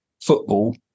football